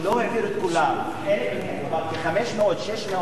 500 600 אפריקנים סודנים